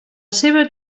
seva